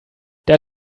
der